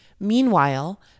Meanwhile